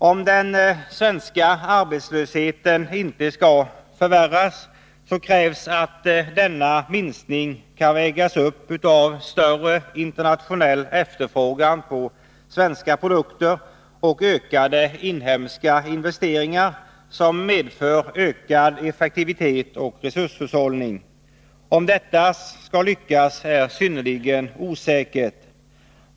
Om den svenska arbetslösheten inte skall förvärras, krävs att denna minskning kan vägas upp av större internationell efterfrågan på svenska produkter och ökade inhemska investeringar, som medför ökad effektivitet och resurshushållning. Det är synnerligen osäkert om det kravet kan tillgodoses.